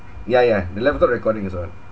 ya ya the level not recording as well